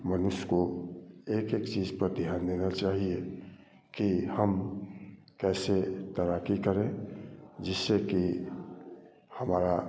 मनुष्य को एक एक चीज पर ध्यान देना चाहिए कि हम कैसे तैराकी करें जिससे कि हमारा